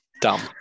Dumb